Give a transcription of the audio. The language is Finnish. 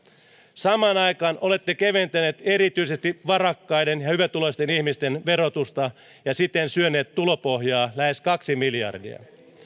samaan aikaan olette keventäneet erityisesti varakkaiden ja hyvätuloisten ihmisten verotusta ja siten syöneet tulopohjaa lähes kaksi miljardia